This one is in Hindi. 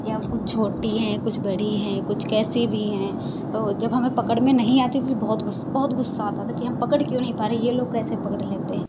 या कुछ छोटी हैं कुछ बड़ी हैं कुछ कैसी भी हैं और जब हमें पकड़ में नहीं आती थी तो बहुत बहुत गुस्सा आता था कि हम पकड़ क्यों नहीं पा रहे ये लोग कैसे पकड़ लेते हैं